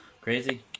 crazy